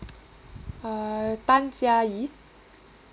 uh tan jia yi